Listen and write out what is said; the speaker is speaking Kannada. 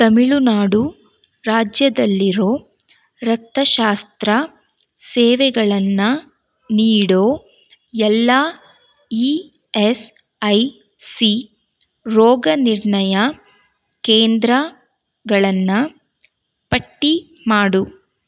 ತಮಿಳುನಾಡು ರಾಜ್ಯದಲ್ಲಿರೋ ರಕ್ತಶಾಸ್ತ್ರ ಸೇವೆಗಳನ್ನು ನೀಡೋ ಎಲ್ಲ ಇ ಎಸ್ ಐ ಸಿ ರೋಗನಿರ್ಣಯ ಕೇಂದ್ರಗಳನ್ನು ಪಟ್ಟಿ ಮಾಡು